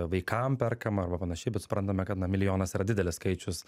vaikam perkama arba panašiai bet suprantame kad na milijonas yra didelis skaičius